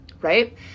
Right